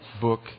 book